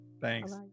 thanks